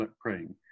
praying